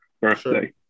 birthday